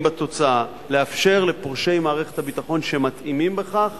בתוצאה, לאפשר לפורשי מערכת הביטחון שמתאימים לכך